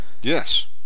yes